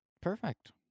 Perfect